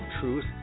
Truth